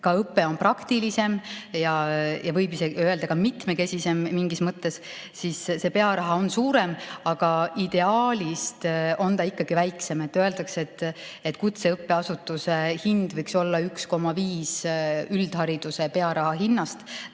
ka õpe on praktilisem, ja võib isegi öelda, et mitmekesisem mingis mõttes, selle tõttu pearaha on suurem, aga ideaalist on ta ikkagi väiksem. Öeldakse, et kutseõppeasutuse hind võiks olla 1,5 [korda suurem] üldhariduse pearaha hinnast.